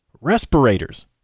respirators